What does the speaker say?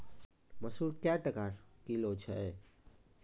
मसूर क्या टका किलो छ?